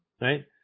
right